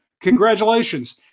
congratulations